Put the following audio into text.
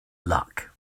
luck